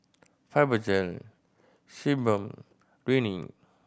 Fibogel Sebamed Rene